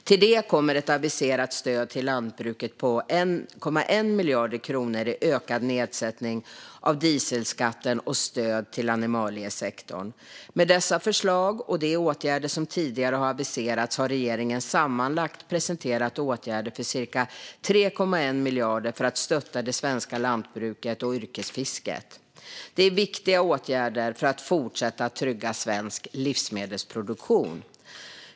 Till det kommer ett aviserat stöd till lantbruket på 1,1 miljarder kronor i ökad nedsättning av dieselskatten och stöd till animaliesektorn. Med dessa förslag och de åtgärder som tidigare har aviserats har regeringen sammanlagt presenterat åtgärder för cirka 3,1 miljarder för att stötta det svenska lantbruket och yrkesfisket. Det är viktiga åtgärder för att fortsätta att trygga svensk livsmedelsproduktion.